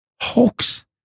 hoax